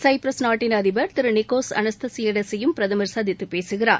Cyprus நாட்டின் அதிபர் திரு நிகோஸ் அனஸ்தாசியேடஸ் யும் பிரதமர் சந்தித்து பேசுகிறார்